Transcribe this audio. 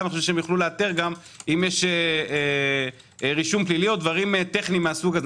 ואני חושב שהם יוכלו לאתר אם יש רישום פלילי או דברים טכניים מסוג זה.